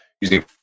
using